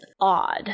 odd